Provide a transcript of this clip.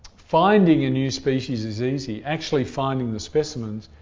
finding a new species is easy. actually finding the specimens,